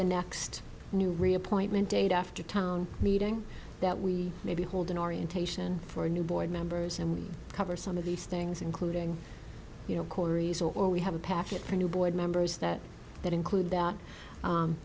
the next new reappointment date after town meeting that we maybe hold an orientation for new board members and we cover some of these things including you know cory's or we have a package for new board members that that include that